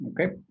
okay